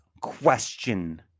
question